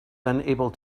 unable